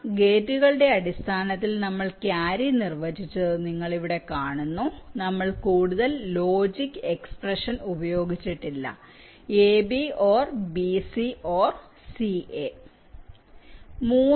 some ഗേറ്റുകളുടെ അടിസ്ഥാനത്തിൽ നമ്മൾക്യാരി നിർവ്വചിച്ചത് നിങ്ങൾ ഇവിടെ കാണുന്നു നമ്മൾകൂടുതൽ ലോജിക് എക്സ്പ്രെഷൻ ഉപയോഗിച്ചിട്ടില്ല ab OR bc OR ca